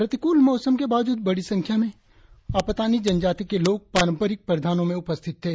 प्रतिकूल मौसम के बावजूद बड़ी संख्या में आपातानी जनजाती के लोग पारंपरिक परिधानों में उपस्थित थे